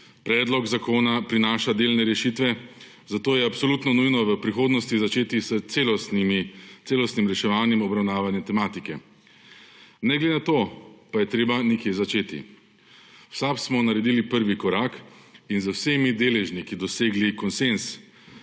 predlog zakona prinaša delne rešitve, zato je absolutno nujno v prihodnosti začeti s celostnim reševanjem obravnavane tematike. Ne glede na to pa je treba nekje začeti. V SAB smo naredili prvi korak in z vsemi deležniki dosegli konsenz,